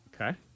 Okay